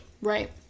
right